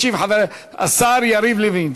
ישיב השר יריב לוין.